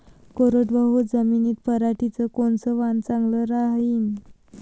कोरडवाहू जमीनीत पऱ्हाटीचं कोनतं वान चांगलं रायीन?